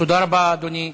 תודה רבה, אדוני.